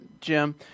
Jim